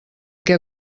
què